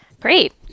Great